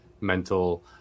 mental